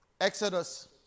exodus